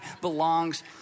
belongs